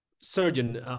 surgeon